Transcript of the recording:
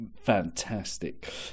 fantastic